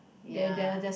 ya